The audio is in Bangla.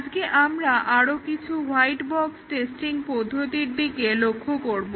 আজকে আমরা আরো কিছু হোয়াইট বক্স টেস্টিং পদ্ধতির দিকে লক্ষ্য করবো